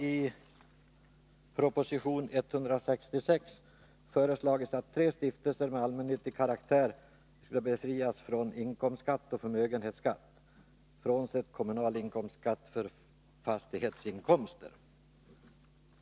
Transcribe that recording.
I proposition 166 har föreslagits att tre stiftelser med allmännyttig karaktär skall befrias från inkomstskatt och förmögenhetsskatt, frånsett kommunal inkomstskatt för fastighetsinkomster.